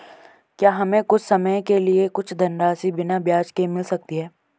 क्या हमें कुछ समय के लिए कुछ धनराशि बिना ब्याज के मिल सकती है?